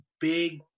big